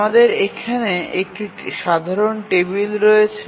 আমাদের এখানে একটি সাধারণ টেবিল রয়েছে